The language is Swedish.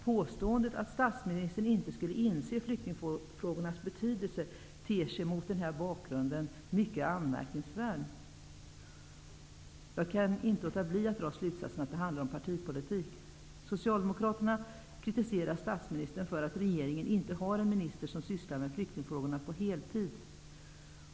Påståendet att statsministern inte skulle inse flyktingfrågornas betydelse ter sig mot denna bakgrund mycket anmärkningsvärt. Jag kan inte låta bli att dra slutsatsen att det handlar om partipolitik. Socialdemokraterna kritiserar statsministern för att regeringen inte har en minister som sysslar med flyktingfrågorna på heltid.